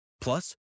Plus